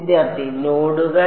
വിദ്യാർത്ഥി നോഡുകൾ